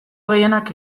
gehienak